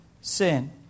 sin